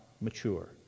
mature